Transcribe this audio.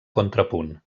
contrapunt